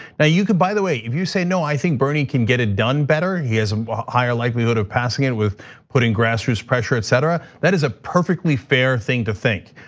now you could, by the way, if you say, no, i think bernie can get it done better. he has a higher likelihood of passing it with putting grassroots pressure, etc. that is a perfectly fair thing to think.